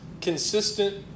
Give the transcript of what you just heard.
consistent